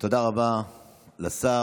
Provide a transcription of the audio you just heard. תודה רבה לשר.